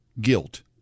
guilt